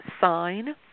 sign